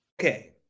okay